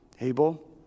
Abel